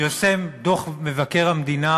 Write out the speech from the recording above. פרסם מבקר המדינה